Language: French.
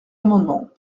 amendements